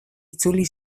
itzuli